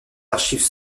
archives